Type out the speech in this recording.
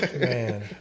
Man